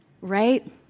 Right